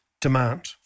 demand